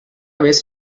vez